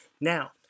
Now